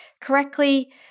correctly